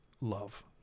love